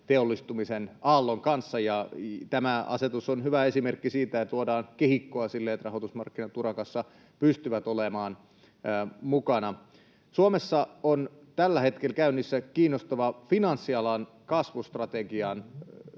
teollistumisen aallon kanssa. Tämä asetus on hyvä esimerkki siitä, että luodaan kehikkoa sille, että rahoitusmarkkinat urakassa pystyvät olemaan mukana. Suomessa on tällä hetkellä käynnissä kiinnostava finanssialan kasvustrategian